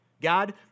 God